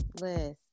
list